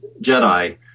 Jedi